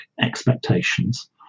expectations